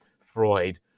Freud